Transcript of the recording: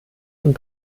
und